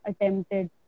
attempted